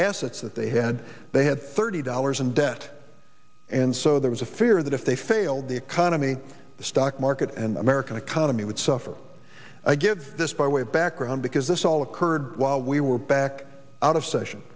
assets that they had they had thirty dollars in debt and so there was a fear that if they failed the economy the stock market and the american economy would suffer again this by way of background because this all occurred while we were back out of session